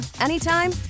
anytime